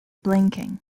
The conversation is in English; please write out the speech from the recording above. blinking